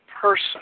person